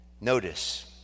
Notice